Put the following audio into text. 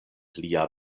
lia